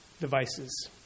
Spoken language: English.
devices